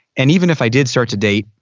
and even if i did start to date.